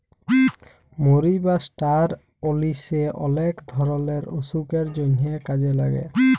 মরি বা ষ্টার অলিশে অলেক ধরলের অসুখের জন্হে কাজে লাগে